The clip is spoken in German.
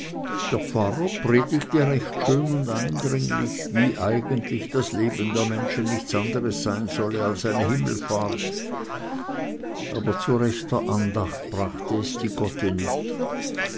der pfarrer predigte recht schön und eindringlich wie eigentlich das leben der menschen nichts anders sein solle als eine himmelfahrt aber zu rechter andacht brachte es die gotte nicht